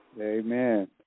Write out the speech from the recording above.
Amen